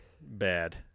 bad